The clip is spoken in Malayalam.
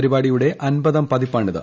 പരിപാടിയുടെ അൻപതാം പതിപ്പാണിത്